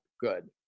good